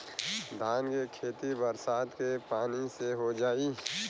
धान के खेती बरसात के पानी से हो जाई?